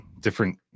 different